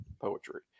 poetry